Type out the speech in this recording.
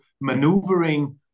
maneuvering